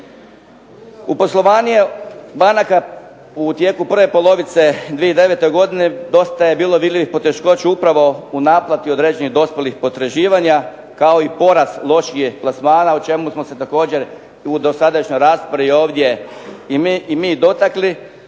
U poslovanje banaka u tijeku prve polovice 2009. godine dosta je bilo vidljivih poteškoća upravo u naplati određenih dospjelih potraživanja kao i porast lošijeg plasmana o čemu smo se također u dosadašnjoj raspravi ovdje i mi dotakli.